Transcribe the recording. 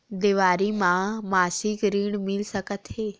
देवारी म मासिक ऋण मिल सकत हे?